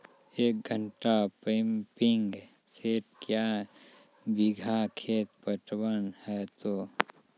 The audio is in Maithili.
एक घंटा पंपिंग सेट क्या बीघा खेत पटवन है तो?